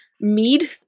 Mead